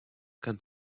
kann